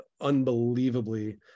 unbelievably